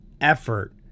effort